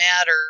matter